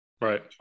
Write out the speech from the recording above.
Right